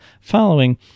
following